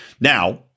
Now